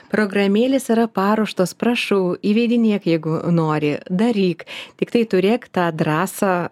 programėlės yra paruoštos prašau įvedinėk jeigu nori daryk tiktai turėk tą drąsą